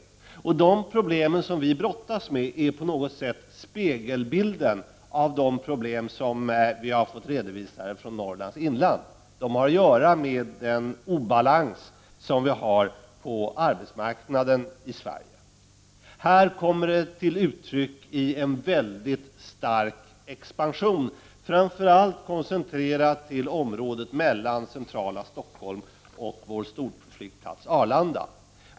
De problem som vi brottas med är på något sätt spegelbilden av de problem som har redovisats från Norrlands inland. De har att göra med den obalans som finns på arbetsmarknaden i Sverige. I Stockholmsregionen kommer det till uttryck i en mycket stark expansion, framför allt koncentrerad till området mellan centrala Stockholm och vår storflygplats Arlanda.